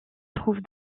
trouve